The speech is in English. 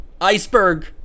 Iceberg